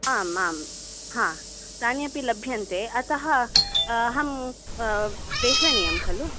आम् आम् हा तानि अपि लभ्यन्ते अतः अहं प्रेषणीयं खलु